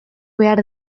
behar